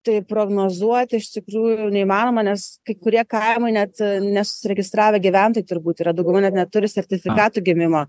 tai prognozuoti iš tikrųjų neįmanoma nes kai kurie kaimai net nesusiregistravę gyventojai turbūt yra dauguma net neturi sertifikatų gimimo